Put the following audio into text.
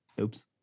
oops